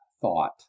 thought